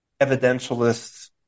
evidentialists